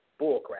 Bullcrap